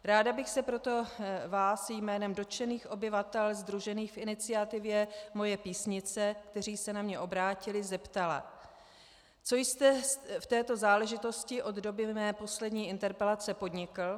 Ráda bych se vás proto jménem dotčených obyvatel sdružených v iniciativě Moje Písnice, kteří se na mě obrátili, zeptala: Co jste v této záležitosti od doby mé poslední interpelace podnikl?